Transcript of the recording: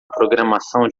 programação